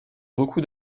beaucoup